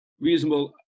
reasonable